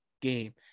game